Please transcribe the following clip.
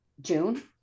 June